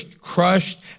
crushed